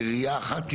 ביריעה אחת,